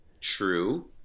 True